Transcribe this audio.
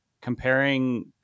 comparing